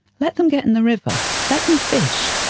let them get in the river, let them fish,